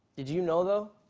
did you know though,